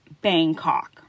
Bangkok